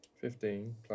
Fifteen